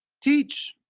teach.